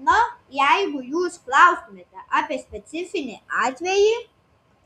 na jeigu jūs klaustumėte apie specifinį atvejį